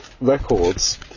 records